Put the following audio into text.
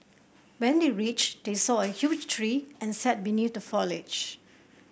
when they reached they saw a huge tree and sat beneath the foliage